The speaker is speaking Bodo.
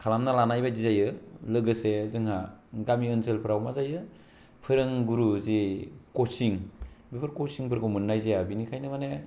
खालामना लानाय बायदि जायो लोगोसे जोंहा गामि ओनसोलफ्राव मा जायो फोरोंगुरु जि कचिं बेफोर कचिंफोरखौ मोननाय जाया बेनिखायनो माने